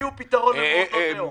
תביאו פתרון למעונות היום.